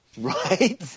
Right